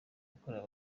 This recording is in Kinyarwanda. yakorewe